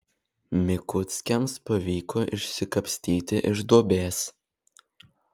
mikuckiams pavyko išsikapstyti iš duobės